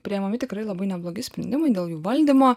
priimami tikrai labai neblogi sprendimai dėl jų valdymo